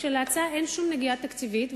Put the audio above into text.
כשלהצעה אין שום נגיעה תקציבית,